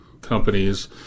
companies